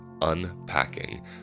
unpacking